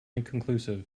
inconclusive